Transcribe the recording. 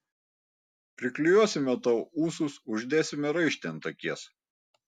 priklijuosime tau ūsus uždėsime raištį ant akies